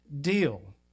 deal